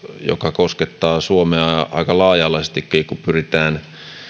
joka koskettaa suomea aika laaja alaisestikin kun pyritään